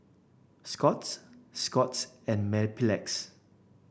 Scott's Scott's and Mepilex